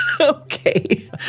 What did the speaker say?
Okay